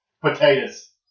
potatoes